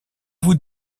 vous